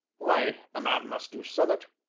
why, a man must do summat.